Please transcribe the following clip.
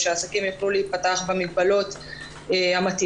שעסקים יוכלו להיפתח במגבלות המתאימות,